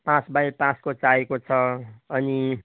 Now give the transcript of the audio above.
पाँच बाई पाँचको चाहिएको छ अनि